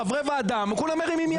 חברי ועדה כולם מרימים יד.